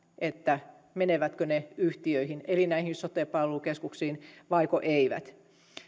menevätkö ne yhtiöihin eli näihin sote palvelukeskuksiin vaiko eivät